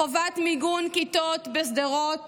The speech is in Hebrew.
חובת מיגון כיתות בשדרות